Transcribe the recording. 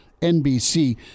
NBC